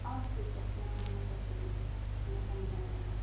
অঁ ঠিক আছে অঁ সেনেকৈ কৰিম সেনেকৈ মিলালেই হ'ল